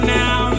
now